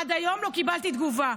עד היום לא קיבלתי תגובה.